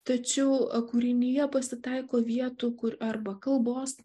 tačiau kūrinyje pasitaiko vietų kur arba kalbos